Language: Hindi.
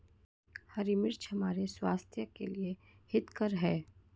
हरी मिर्च हमारे स्वास्थ्य के लिए हितकर हैं